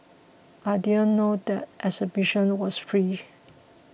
I didn't know that exhibition was free